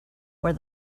where